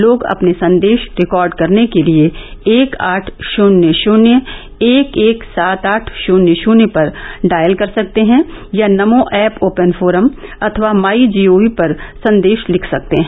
लोग अपने संदेश रिकॉर्ड करने के लिए एक आठ शून्य शून्य एक एक सात आठ शून्य शून्य पर डॉयल कर सकते हैं या नमो ऐप ओपन फोरम अथवा माई जी ओ वी पर संदेश लिख सकते हैं